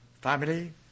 family